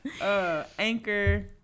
Anchor